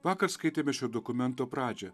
vakar skaitėme šio dokumento pradžią